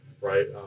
right